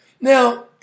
Now